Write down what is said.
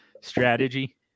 strategy